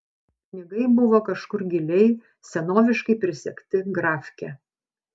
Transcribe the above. pinigai buvo kažkur giliai senoviškai prisegti grafke